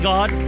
God